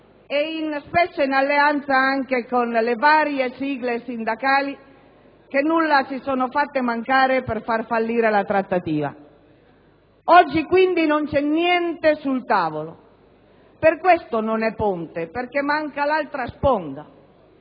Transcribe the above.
spesso in alleanza anche con le varie sigle sindacali, che nulla si sono fatte mancare per far fallire la trattativa stessa. Oggi quindi non c'è niente sul tavolo. Per questo non è un prestito ponte, perché manca l'altra sponda.